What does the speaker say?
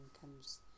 comes